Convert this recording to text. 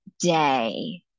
day